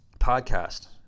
podcast